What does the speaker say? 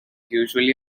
usually